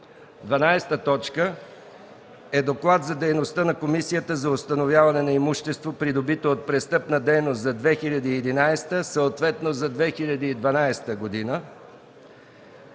12. Доклад за дейността на Комисията за установяване на имущество, придобито от престъпна дейност за 2011 г., съответно за 2012 г.